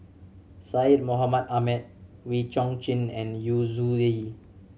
Syed Mohamed Ahmed Wee Chong Jin and Yu Zhuye